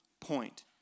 point